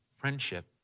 friendship